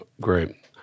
Great